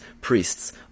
priests